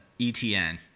Etn